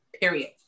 period